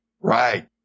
Right